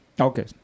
Okay